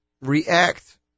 react